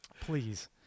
Please